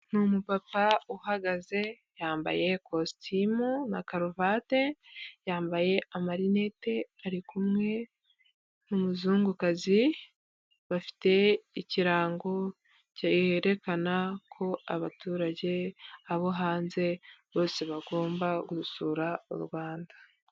Ni umupapa uhagaze yambaye kositimu na karuvate, yambaye amarinete ari kumwe n'umuzungukazi, bafite ikirango cyerekana ko abaturage, abo hanze, bose bagomba gusura u Rwanda.